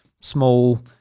small